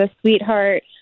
sweetheart